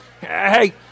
Hey